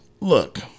look